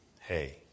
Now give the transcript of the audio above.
hey